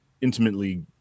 intimately